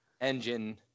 engine